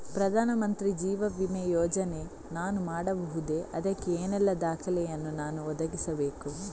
ಪ್ರಧಾನ ಮಂತ್ರಿ ಜೀವ ವಿಮೆ ಯೋಜನೆ ನಾನು ಮಾಡಬಹುದೇ, ಅದಕ್ಕೆ ಏನೆಲ್ಲ ದಾಖಲೆ ಯನ್ನು ನಾನು ಒದಗಿಸಬೇಕು?